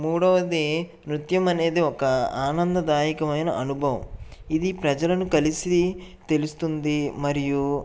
మూడవది నృత్యం అనేది ఒక ఆనందదాయకమైన అనుభవం ఇది ప్రజలను కలిసి తెలుస్తుంది మరియు